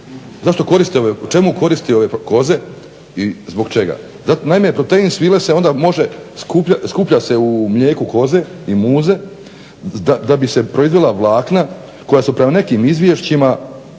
dudovog svilca. Čemu koriste ove koze i zbog čega? Naime, protein svile se onda može, skuplja se u mlijeku koze i muze da bi se proizvela vlakna koja su prema nekim izvješćima